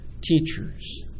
teachers